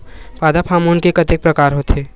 पादप हामोन के कतेक प्रकार के होथे?